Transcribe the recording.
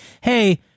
Hey